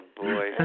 boy